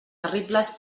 terribles